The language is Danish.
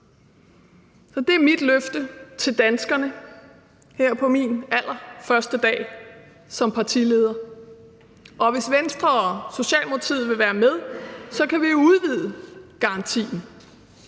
Så det er mit løfte til danskerne her på min allerførste dag som partileder. Hvis Venstre og Socialdemokratiet vil være med, kan vi udvide garantien.